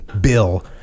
Bill